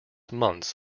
months